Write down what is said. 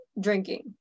drinking